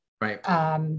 Right